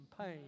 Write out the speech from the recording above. pain